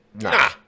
nah